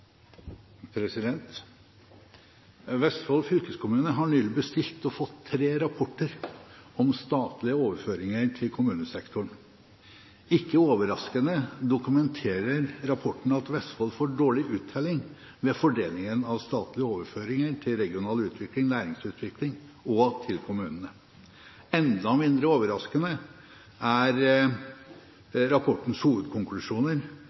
Vestfold fylkeskommune har nylig bestilt, og fått, tre rapporter om statlige overføringer til kommunesektoren. Ikke overraskende dokumenterer rapporten at Vestfold får dårlig uttelling ved fordelingen av statlige overføringer til regional utvikling, næringsutvikling og til kommunene. Enda mindre overraskende er rapportenes hovedkonklusjoner,